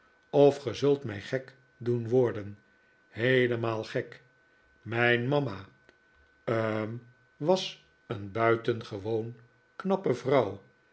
of ge zult mij gek doen wo'rden heelemaal gek mijn mama hm was een buitengewoon knappe vrouw